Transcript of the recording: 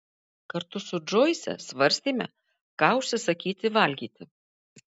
kartu su džoise svarstėme ką užsisakyti valgyti